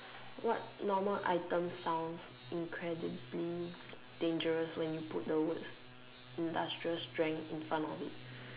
what normal items sounds incredibly dangerous when you put the words industrial strength in front of it